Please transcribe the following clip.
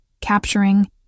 capturing